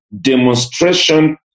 demonstration